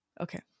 Okay